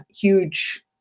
huge